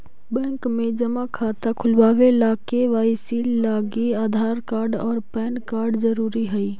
bank में जमा खाता खुलावे ला के.वाइ.सी लागी आधार कार्ड और पैन कार्ड ज़रूरी हई